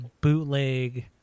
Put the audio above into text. bootleg